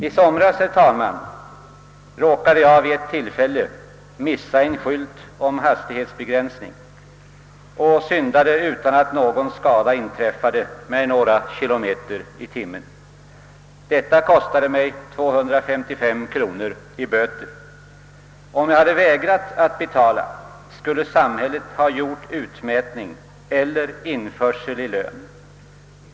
I somras råkade jag vid ett tillfälle missa en skylt om hastighetsbegränsning och överskred, utan att någon skada inträffade, med några kilometer i timmen = fartbegränsningshastigheten. Detta kostade mig 225 kr. i böter. Om jag hade vägrat att betala skulle samhället ha gjort utmätning eller företagit införsel på lön.